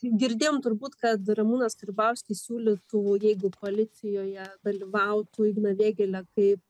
girdėjom turbūt kad ramūnas karbauskis siūlytų jeigu koalicijoje dalyvautų igną vėgėlę kaip